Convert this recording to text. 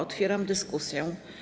Otwieram dyskusję.